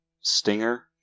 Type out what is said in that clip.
Stinger